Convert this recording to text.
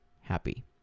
happy